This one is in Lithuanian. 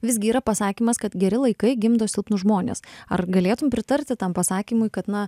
visgi yra pasakymas kad geri laikai gimdo silpnus žmones ar galėtum pritarti tam pasakymui kad na